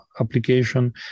application